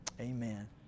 Amen